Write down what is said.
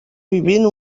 vivint